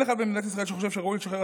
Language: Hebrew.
אין אחד במדינת ישראל שחושב שראוי לשחרר